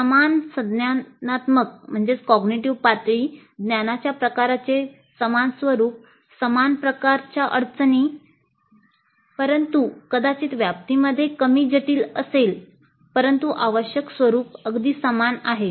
समान संज्ञानात्मक परंतु कदाचित व्याप्तीमध्ये कमी जटिल असेल परंतु आवश्यक स्वरुप अगदी समान आहे